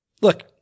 look